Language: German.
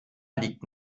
liegt